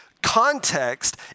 context